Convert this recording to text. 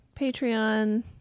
Patreon